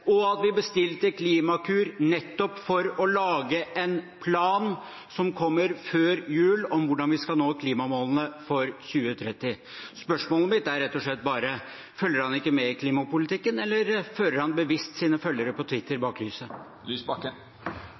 og at vi bestilte Klimakur nettopp for å lage en plan, som kommer før jul, om hvordan vi skal nå klimamålene for 2030. Spørsmålet mitt er rett og slett bare: Følger han ikke med i klimapolitikken, eller fører han bevisst sine følgere på Twitter bak lyset?